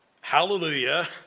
hallelujah